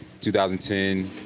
2010